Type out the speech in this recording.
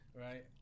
Right